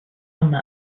yma